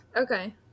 Okay